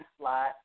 slot